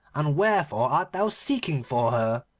and wherefore art thou seeking for